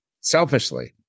selfishly